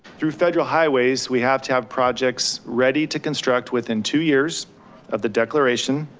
through federal highways, we have to have projects ready to construct within two years of the declaration.